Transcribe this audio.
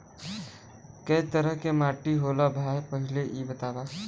कै तरह के माटी होला भाय पहिले इ बतावा?